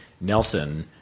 Nelson